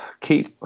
Keep